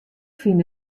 fyn